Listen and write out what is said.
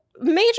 Major